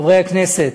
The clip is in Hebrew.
חברי הכנסת,